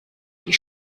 die